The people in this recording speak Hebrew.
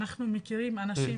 אנחנו מכירים אנשים